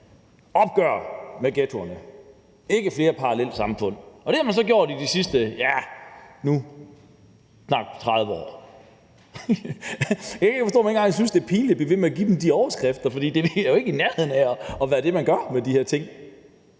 Opgør med ghettoerne, ikke flere parallelsamfund. Det har man så gjort i de sidste, ja, nu snart 30 år. Jeg kan ikke forstå, at man ikke engang synes, det er pinligt at blive ved med at give dem de overskrifter, for det er jo ikke i nærheden af at være det, man gør med de her ting.